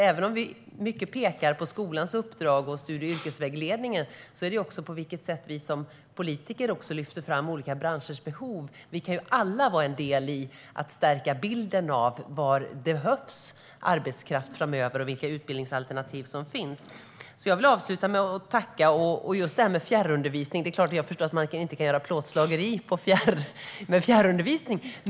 Även om mycket pekar på skolans uppdrag och studie och yrkesvägledningen handlar det också om på vilket sätt vi politiker lyfter fram olika branschers behov. Vi kan alla vara en del av att stärka bilden av var det behövs arbetskraft framöver och vilka utbildningsalternativ som finns. När det gäller fjärrundervisning förstår jag att man inte kan göra plåtslageri med fjärrundervisning.